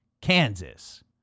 Kansas